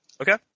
Okay